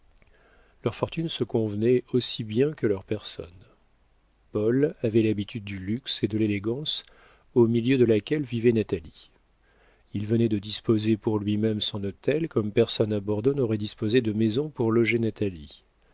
leurs fortunes se convenaient aussi bien que leurs personnes paul avait l'habitude du luxe et de l'élégance au milieu de laquelle vivait natalie il venait de disposer pour lui-même son hôtel comme personne à bordeaux n'aurait disposé de maison pour loger natalie